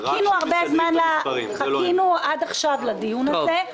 חיכינו הרבה זמן, עד עכשיו לדיון הזה.